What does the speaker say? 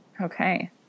Okay